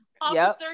Officer